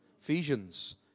Ephesians